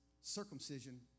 Circumcision